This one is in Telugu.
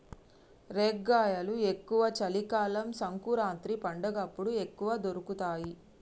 రేగ్గాయలు ఎక్కువ చలి కాలం సంకురాత్రి పండగప్పుడు ఎక్కువ దొరుకుతాయి